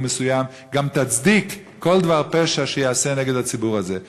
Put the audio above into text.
מסוים גם תצדיק כל דבר פשע שייעשה נגד הציבור הזה.